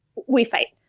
we fight.